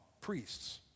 priests